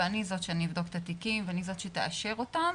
ואני זאת שתבדוק את התיקים ואני זאת שתאשר אותם,